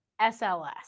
SLS